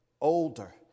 older